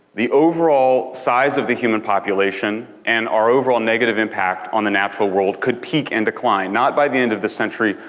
the overall size of the human population, and our overall negative impact on the natural world could peak and decline not by the end of the century,